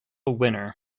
winner